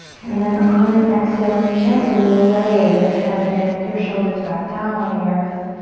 and then on an exhale, gently lay your head, your neck, your shoulders back down on the earth.